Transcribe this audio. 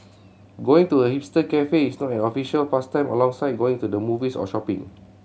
going to a hipster cafe is now an official pastime alongside going to the movies or shopping